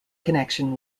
connection